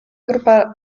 grupa